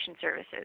services